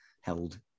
held